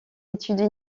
études